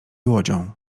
łodzią